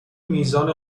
میزان